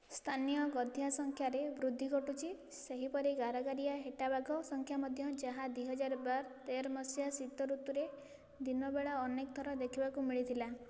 ସ୍ଥାନୀୟ ଗଧିଆ ସଂଖ୍ୟାରେ ବୃଦ୍ଧି ଘଟୁଛି ସେହିପରି ଗାରଗାରିଆ ହେଟାବାଘ ସଂଖ୍ୟା ମଧ୍ୟ ଯାହା ଦୁଇହଜାର ବାର ତେର ମସିହା ଶୀତ ଋତୁରେ ଦିନବେଳା ଅନେକଥର ଦେଖିବାକୁ ମିଳିଥିଲା